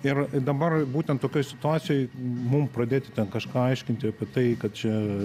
ir dabar būtent tokioj situacijoj mum pradėti ten kažką aiškinti apie tai kad čia